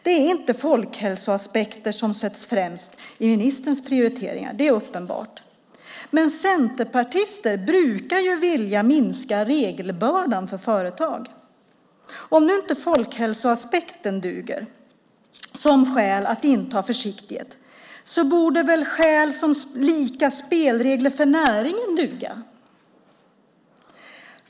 Det är inte folkhälsoaspekter som sätts främst i ministerns prioriteringar; det är uppenbart. Men centerpartister brukar vilja minska regelbördan för företag. Om nu inte folkhälsoaspekten duger som skäl till att inta försiktighet borde väl skäl som lika spelregler för näringen duga?